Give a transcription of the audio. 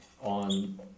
on